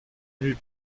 nuit